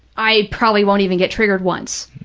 i probably won't even get triggered once.